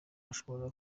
ashobora